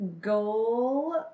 goal